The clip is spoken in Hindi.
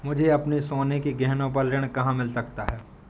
मुझे अपने सोने के गहनों पर ऋण कहाँ मिल सकता है?